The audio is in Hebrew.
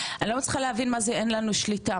אני לא מצליחה להבין מה זה אין לנו שליטה,